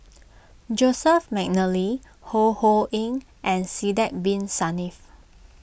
Joseph McNally Ho Ho Ying and Sidek Bin Saniff